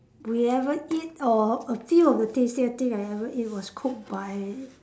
we ever eat or a few of the tastier thing I ever eat was cooked by